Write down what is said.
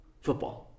football